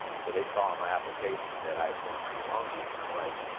so they saw on my application that i had spent time in long beach. and they're like,